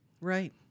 Right